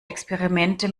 experimente